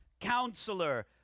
Counselor